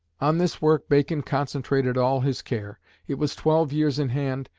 on this work bacon concentrated all his care it was twelve years in hand,